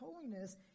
holiness